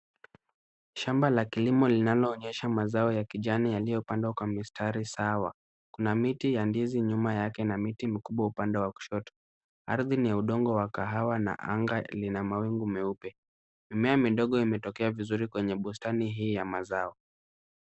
Shamba la kilimo linaloonyesha majani ya kilimo yaliyopandwa kwa mistari sawa. Kuna miti ya ndizi nyuma yake na mti mkubwa upande wa kushoto. Ardhi ni ya udongo wa kahawa na anga lina mawingu meupe. Mimea midogo imetokea vizuri kwenye bustani hii ya mazao.